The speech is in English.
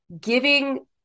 giving